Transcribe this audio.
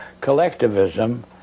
collectivism